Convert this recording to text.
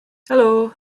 helo